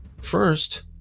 First